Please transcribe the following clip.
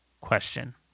question